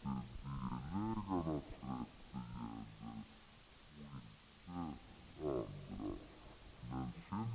Jag har fattat saken så, att motionärerna vill få en sådan ändring till stånd där hänsyn